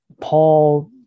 Paul